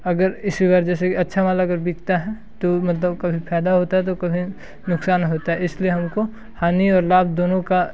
अगर इस बार से अच्छा माल अगर बिकता है तो मतलब कभी फ़ायदा होता है तो कभी नुकसान होता है इसलिए हमको हानि और लाभ दोनों का